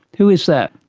who is that?